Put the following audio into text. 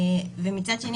מצד שני,